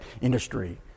industry